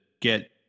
get